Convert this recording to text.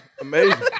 amazing